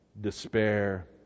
despair